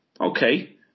okay